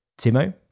Timo